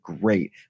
great